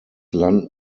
land